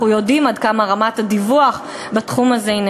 אנחנו יודעים עד כמה רמת הדיווח בתחום הזה היא נמוכה.